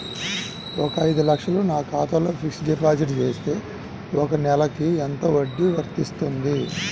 ఒక ఐదు లక్షలు నా ఖాతాలో ఫ్లెక్సీ డిపాజిట్ చేస్తే ఒక నెలకి ఎంత వడ్డీ వర్తిస్తుంది?